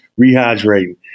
rehydrating